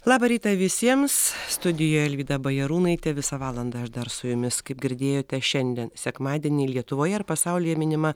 labą rytą visiems studijoj alvyda bajarūnaitė visą valandą aš dar su jumis kaip girdėjote šiandien sekmadienį lietuvoje ir pasaulyje minima